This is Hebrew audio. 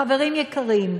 חברים יקרים,